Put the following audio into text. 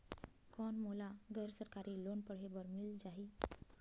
कौन मोला गैर सरकारी लोन पढ़े बर मिल जाहि?